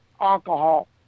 alcohol